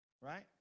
Right